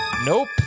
Nope